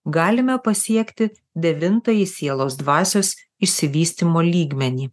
galime pasiekti devintąjį sielos dvasios išsivystymo lygmenį